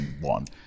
one